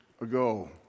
ago